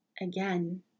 Again